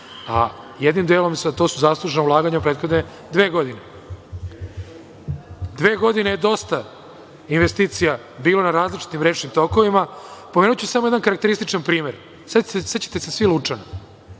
a jednim delom za to su zaslužna ulaganja u prethodne dve godine. Dve godine je dosta investicija bilo na različitim rečnim tokovima. Pomenuću samo jedan karakterističan primer. Sećate se svi Lučana?